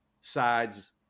sides